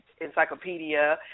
Encyclopedia